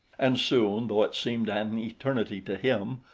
and soon, though it seemed an eternity to him,